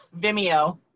vimeo